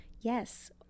Yes